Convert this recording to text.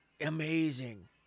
amazing